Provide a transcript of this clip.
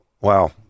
Wow